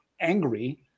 angry